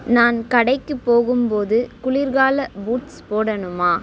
நான் கடைக்கு போகும்போது குளிர்கால பூட்ஸ் போடணுமா